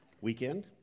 Weekend